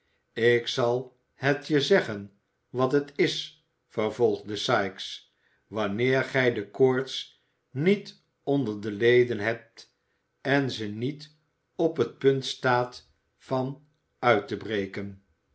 ik zal het je zeggen wat het is vervolgde sikes wanneer gij de koorts niet onder de leden hebt en ze niet op t punt staat van uit te breken